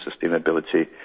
sustainability